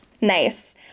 Nice